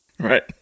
Right